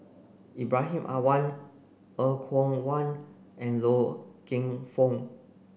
Ibrahim Awang Er Kwong Wah and Loy Keng Foo